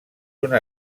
una